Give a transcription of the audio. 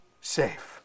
safe